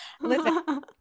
listen